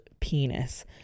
penis